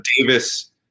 Davis